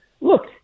Look